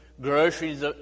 groceries